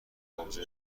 آبجو